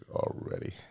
already